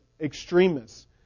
extremists